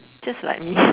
just like me